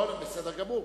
נכון, בסדר גמור.